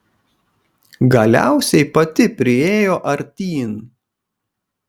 galiausiai pati priėjo artyn